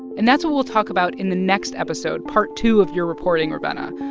and that's what we'll talk about in the next episode, part two of your reporting, ravenna.